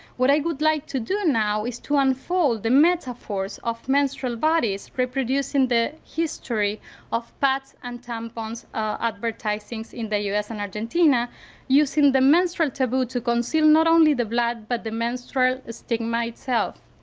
what i would like to do now is to unfold the metaphors of menstrual bodies reproducing the history of pads and tampons advertisings in the us and argentina using the menstrual taboo to conceal not only the blood, but the menstrual stigma itself.